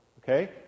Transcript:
Okay